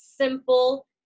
simple